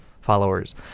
followers